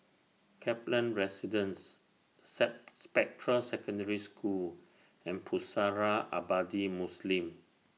Kaplan Residence Spectra Secondary School and Pusara Abadi Muslim